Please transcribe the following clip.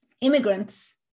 immigrants